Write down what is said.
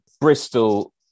Bristol